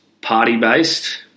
party-based –